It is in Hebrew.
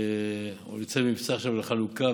יוצא עכשיו במבצע לחלוקתם.